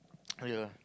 yeah